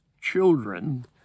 children